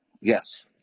yes